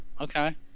Okay